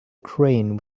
crane